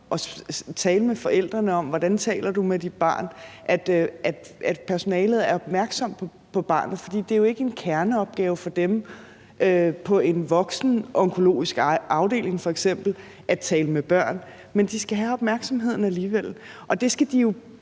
at tale med forældrene om, hvordan de taler med deres barn, og så personalet er opmærksomt på barnet. For det er jo ikke en kerneopgave for dem på f.eks. en voksenonkologisk afdeling at tale med børn, men de skal have opmærksomheden alligevel, og journalen er jo